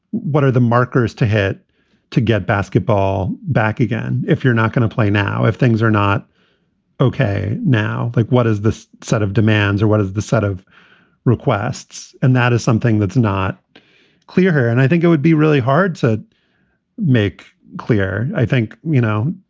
what are the markers to hit to get basketball back again? if you're not going to play now, if things are not ok now, like what is this set of demands or what is the set of requests? requests? and that is something that's not clear here. and i think it would be really hard to make clear. i think, you know,